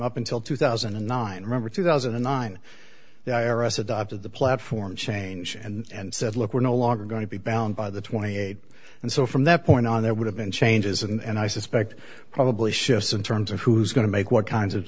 up until two thousand and nine remember two thousand and nine the i r s adopted the platform change and said look we're no longer going to be bound by the twenty eight and so from that point on there would have been changes and i suspect probably shifts in terms of who's going to make what kinds of